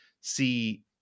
see